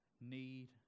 need